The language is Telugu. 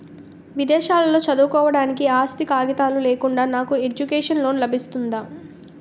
విదేశాలలో చదువుకోవడానికి ఆస్తి కాగితాలు లేకుండా నాకు ఎడ్యుకేషన్ లోన్ లబిస్తుందా?